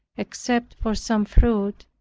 except for some fruit,